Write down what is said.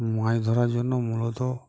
মাছ ধরার জন্য মূলত